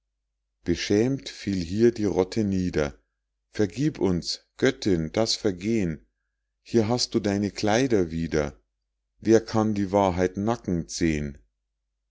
beschämt fiel hier die rotte nieder vergib uns göttin das vergehn hier hast du deine kleider wieder wer kann die wahrheit nackend sehn